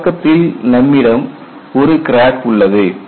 ஒரு பக்கத்தில் நம்மிடம் ஒரு கிராக் உள்ளது